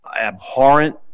abhorrent